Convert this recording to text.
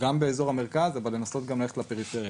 גם באזור המרכז, אבל לנסות גם ללכת לפריפריה.